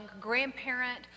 grandparent